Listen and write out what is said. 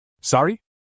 Sorry